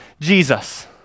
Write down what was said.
Jesus